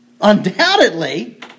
Undoubtedly